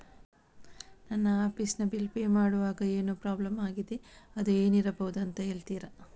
ನನ್ನ ಆಫೀಸ್ ನ bill pay ಮಾಡ್ವಾಗ ಏನೋ ಪ್ರಾಬ್ಲಮ್ ಆಗಿದೆ ಅದು ಏನಿರಬಹುದು ಅಂತ ಹೇಳ್ತೀರಾ?